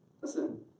Listen